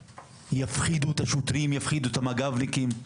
יפחידו את השוטרים ואת המג"בניקים,